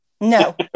no